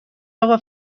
اقا